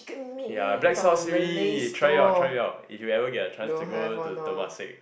ya black sauce mee try it out try it out if you ever get a chance to go to Temasek